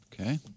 Okay